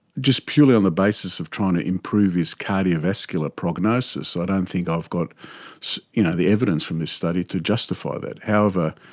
just purely on the basis of trying to improve his cardiovascular prognosis, i don't think i've got you know the evidence from this study to justify that. however,